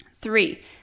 Three